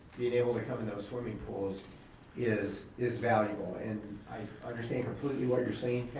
being able to come in those swimming pools is is valuable. and i understand completely what you're saying,